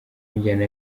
b’injyana